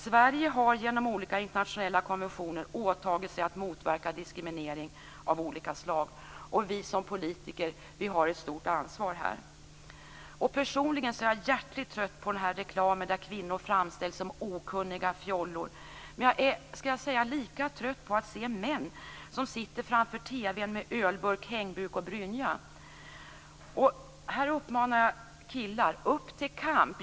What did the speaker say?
Sverige har genom olika internationella konventioner åtagit sig att motverka diskriminering av olika slag, och vi som politiker har ett stort ansvar. Personligen är jag hjärtligt trött på reklam där kvinnor framställs som okunniga fjollor, men jag är lika trött på att se män som sitter framför TV:n med ölburk, hängbuk och brynja. Här uppmanar jag killar. Upp till kamp!